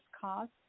cost